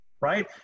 right